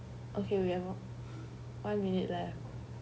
okay wait ah one minute left